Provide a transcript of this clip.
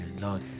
Lord